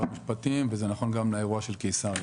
המשפטים וזה נכון גם לאירוע של קיסריה.